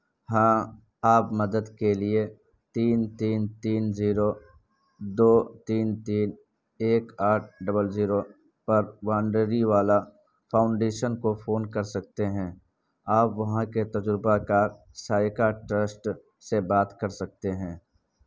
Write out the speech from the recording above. ہاں آپ مدد کے لیے تین تین تین زیرو دو تین تین ایک آٹھ ڈبل زیرو پر وانڈری والا فاؤنڈیشن کو فون کر سکتے ہیں آپ وہاں کے تجربہ کار سائیکاٹرسٹ سے بات کر سکتے ہیں